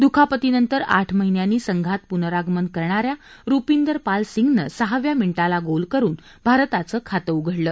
दुखापतीनंतर आठ महिन्यांनी संघात पुनरागमन करणाऱ्या रुपिंदर पाल सिंगनं सहाव्या मिनिटाला गोल करून भारताचं खातं उघडलं